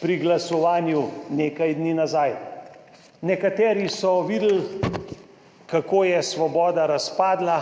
pri glasovanju nekaj dni nazaj. Nekateri so videli, kako je Svoboda razpadla,